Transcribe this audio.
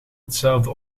hetzelfde